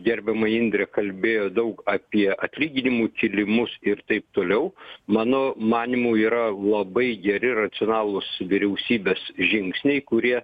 gerbiama indrė kalbėjo daug apie atlyginimų kėlimus ir taip toliau mano manymu yra labai geri racionalūs vyriausybės žingsniai kurie